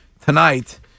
tonight